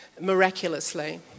miraculously